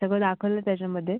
सगळं दाखवलं आहे त्याच्यामध्ये